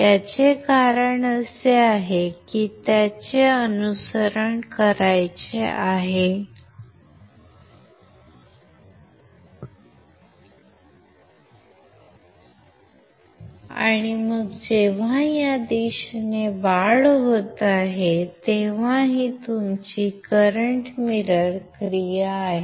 याचे कारण असे आहे की त्याचे अनुसरण करायचे आहे आणि मग जेव्हा या दिशेने वाढ होत आहे तेव्हा ही तुमची करंट आरसा क्रिया आहे